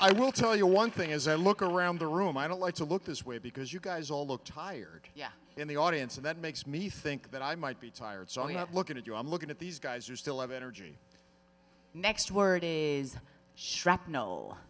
i will tell you one thing as i look around the room i don't like to look this way because you guys all look tired yeah in the audience and that makes me think that i might be tired so i'm not looking at you i'm looking at these guys are still have energy next word